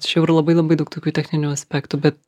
čia jau yra labai labai daug tokių techninių aspektų bet